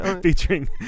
Featuring